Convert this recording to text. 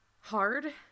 hard